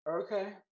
Okay